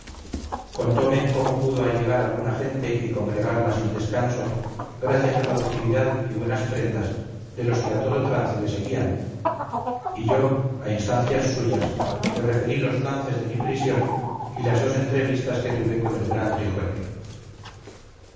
contome cómo pudo allegar alguna gente y congregarla sin descanso gracias a la docilidad y buenas prendas de los que a todo trance le seguían y yo a instancias suyas le referí los lances de mi prisión y las dos entrevistas que tuve con el gran trijueque